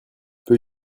peux